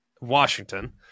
Washington